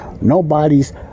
nobody's